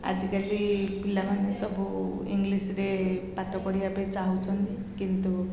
ଆଜିକାଲି ପିଲାମାନେ ସବୁ ଇଂଗ୍ଲିଶ୍ରେ ପାଠ ପଢ଼ିବା ପାଇଁ ଚାହୁଁଛନ୍ତି କିନ୍ତୁ